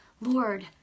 Lord